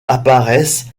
apparaissent